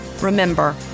Remember